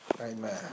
Amen